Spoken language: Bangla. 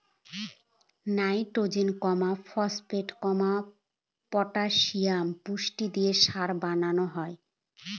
নাইট্রজেন, ফসপেট, পটাসিয়াম পুষ্টি দিয়ে সার বানানো হয়